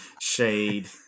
Shade